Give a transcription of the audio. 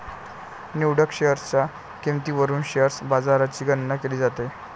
निवडक शेअर्सच्या किंमतीवरून शेअर बाजाराची गणना केली जाते